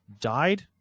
died